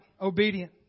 obedient